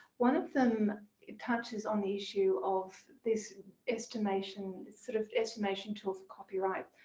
one of them touches on the issue of this estimation, sort of estimation tools of copyright.